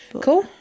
Cool